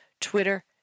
Twitter